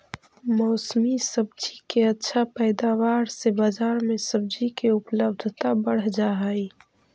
मौसमी सब्जि के अच्छा पैदावार से बजार में सब्जि के उपलब्धता बढ़ जा हई